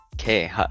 okay